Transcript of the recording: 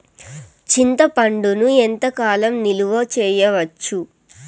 చింతపండును ఎంత కాలం నిలువ చేయవచ్చు?